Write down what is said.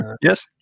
Yes